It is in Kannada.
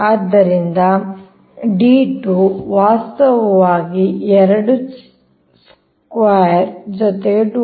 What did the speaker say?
ಆದ್ದರಿಂದ d 2 ವಾಸ್ತವವಾಗಿ 2 ಚದರ ಜೊತೆಗೆ 2